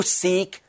seek